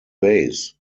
base